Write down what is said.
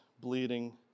bleeding